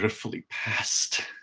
ah fully past,